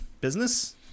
business